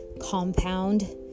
compound